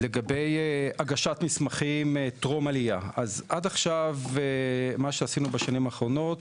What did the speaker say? לגבי הגשת מסמכים טרום עלייה - בשנים האחרונות